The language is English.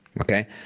okay